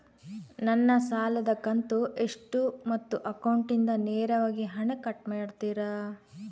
ನನ್ನ ಸಾಲದ ಕಂತು ಎಷ್ಟು ಮತ್ತು ಅಕೌಂಟಿಂದ ನೇರವಾಗಿ ಹಣ ಕಟ್ ಮಾಡ್ತಿರಾ?